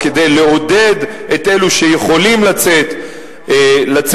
או כדי לעודד את אלו שיכולים לצאת לעבודה,